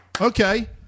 Okay